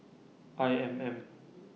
I M M